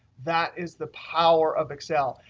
that is the power of excel.